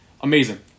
Amazing